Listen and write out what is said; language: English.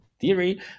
theory